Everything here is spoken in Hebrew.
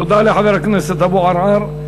תודה לחבר הכנסת אבו עראר.